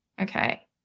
Okay